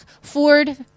Ford